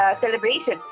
celebration